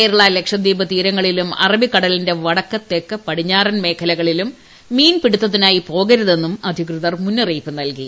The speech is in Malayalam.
കേരള ലക്ഷദ്വീപ് തീരങ്ങളിലും അറബിക്കടലിന്റെ വടക്ക് തെക്ക് പടിഞ്ഞാറൻ മേഖലകളിലും മത്സ്യബന്ധനത്തിനായി പോകരുതെന്നും അധികൃതർ മുന്നറിയിപ്പ് നൽകി